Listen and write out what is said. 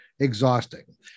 exhausting